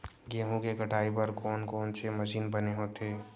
गेहूं के कटाई बर कोन कोन से मशीन बने होथे?